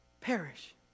Perish